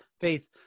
faith